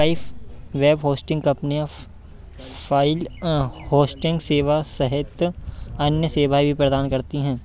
कई web hosting कंपनियाँ file hosting सेवा सहित अन्य सेवाएँ भी प्रदान करती हैं